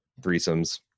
threesomes